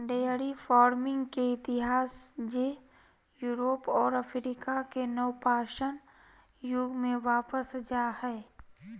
dairy farming के इतिहास जे यूरोप और अफ्रीका के नवपाषाण युग में वापस जा हइ